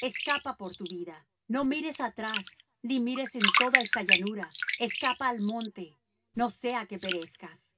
escapa por tu vida no mires tras ti ni pares en toda esta llanura escapa al monte no sea que perezcas